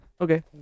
okay